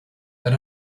that